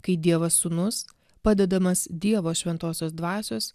kai dievas sūnus padedamas dievo šventosios dvasios